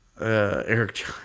Eric